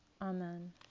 Amen